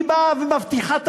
היא באה ומבטיחה תמיד: